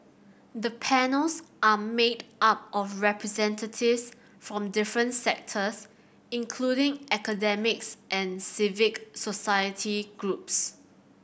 the panels are made up of representatives from different sectors including academics and civic society groups